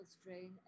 strain